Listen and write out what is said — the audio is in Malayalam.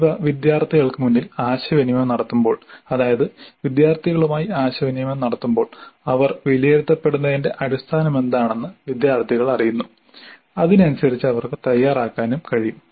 ഇവ വിദ്യാർത്ഥികൾക്ക് മുന്നിൽ ആശയവിനിമയം നടത്തുമ്പോൾ അതായത് വിദ്യാർത്ഥികളുമായി ആശയവിനിമയം നടത്തുമ്പോൾ അവർ വിലയിരുത്തപ്പെടുന്നതിന്റെ അടിസ്ഥാനമെന്താണെന്ന് വിദ്യാർത്ഥികൾ അറിയുന്നു അതിനനുസരിച്ച് അവർക്ക് തയ്യാറാക്കാനും കഴിയും